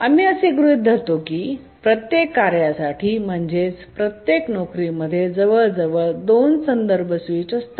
आम्ही असे गृहीत धरतो की प्रत्येक कार्यासाठी जवळजवळ 2 संदर्भ स्विच असतात